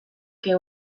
que